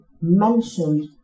mentioned